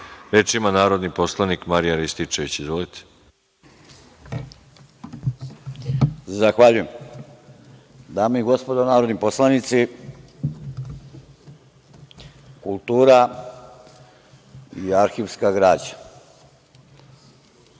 ima narodni poslanik Marijan Rističević. **Marijan Rističević** Zahvaljujem. Dame i gospodo narodni poslanici, kultura i arhivska građa.